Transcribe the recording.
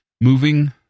moving